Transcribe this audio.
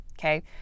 okay